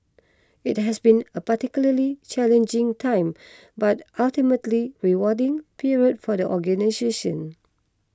it has been a particularly challenging time but ultimately rewarding period for the organisation